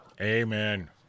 amen